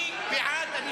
מי בעד?